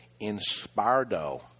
Inspardo